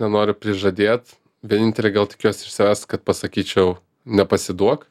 nenoriu prižadėt vienintelė gal tikiuosi iš savęs kad pasakyčiau nepasiduok